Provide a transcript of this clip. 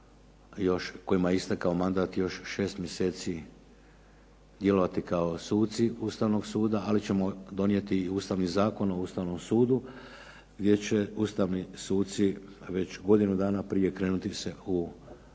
kojima je istekao mandat, još 6 mjeseci djelovati kao suci Ustavnog suda, ali ćemo donijeti i Ustavni zakon o Ustavnom sudu gdje će ustavni suci već godinu dana prije krenuti u